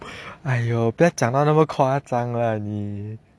哎哟不要讲到那么夸张 lah 你